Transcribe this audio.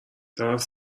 طرف